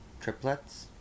triplets